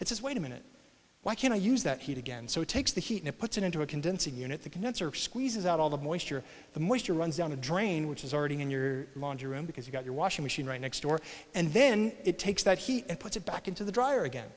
says wait a minute why can't i use that heat again so it takes the heat and puts it into a condensing unit the condenser squeezes out all the moisture the moisture runs down the drain which is already in your laundry room because you've got your washing machine right next door and then it takes that heat and puts it back into the dryer again